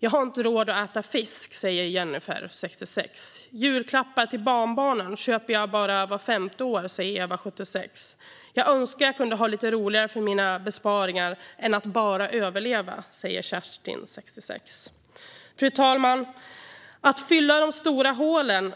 "Jag har inte råd att äta fisk", säger Jeniffer, 66. "Julklappar till barnbarnen köper jag bara vart femte år", säger Eva, 76. "Jag önskar jag kunde ha lite roligare för mina besparingar än att bara överleva", säger Kerstin, 66. Fru talman! Att fylla de stora hålen